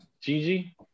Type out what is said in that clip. Gigi